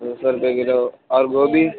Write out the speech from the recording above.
دو سو روپئے کلو اور گوبھی